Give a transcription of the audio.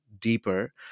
Deeper